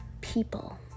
people